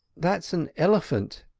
that's an elephant,